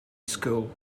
school